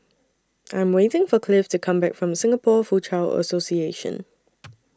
I Am waiting For Clive to Come Back from Singapore Foochow Association